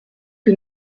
que